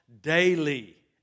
daily